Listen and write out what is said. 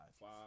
wow